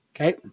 okay